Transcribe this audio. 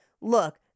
look